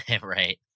Right